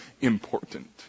important